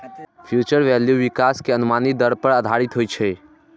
future value विकास के अनुमानित दर पर आधारित होइ छै